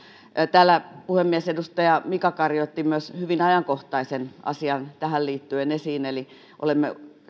täällä edustaja mika kari otti myös hyvin ajankohtaisen asian tähän liittyen esiin olemme